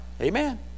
Amen